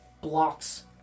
blocks